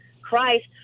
Christ